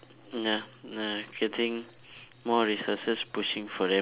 ya uh getting more resources pushing for them